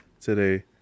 today